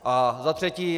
A za třetí.